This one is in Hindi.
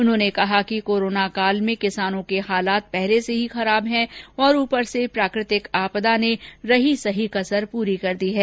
उन्होंने कहा कि कोरोना काल में किसानों के हालात पहले से ही दयनीय हैं और ऊपर से प्राकृतिक आपदा ने रही सही कसर पूरी कर दी है